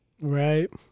right